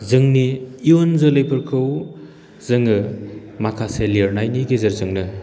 जोंनि इयुन जोलैफोरखौ जोङो माखासे लिरनायनि गेजेरजोंनो